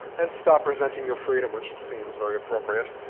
and stop resenting your freedom, which seems very appropriate.